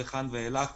ואלה